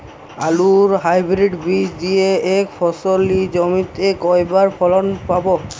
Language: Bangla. আলুর হাইব্রিড বীজ দিয়ে এক ফসলী জমিতে কয়বার ফলন পাব?